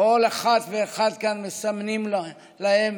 כל אחת ואחד כאן מסמנים להם